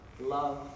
love